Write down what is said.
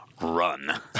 run